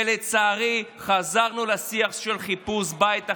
ולצערי חזרנו לשיח של חיפוש בית אחר,